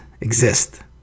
exist